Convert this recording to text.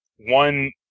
one